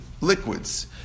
liquids